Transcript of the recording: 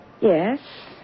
Yes